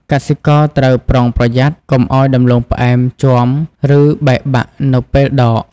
កសិករត្រូវប្រុងប្រយ័ត្នកុំឱ្យដំឡូងផ្អែមជាំ ឬបែកបាក់នៅពេលដក។